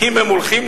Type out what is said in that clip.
אם הם הולכים,